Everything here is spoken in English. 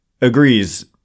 agrees